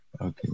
Okay